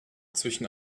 zwischen